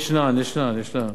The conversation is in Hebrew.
ישנן, ישנן.